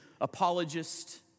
apologist